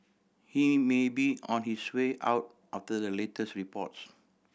he may be on his way out after the latest reports